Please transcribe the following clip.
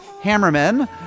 Hammerman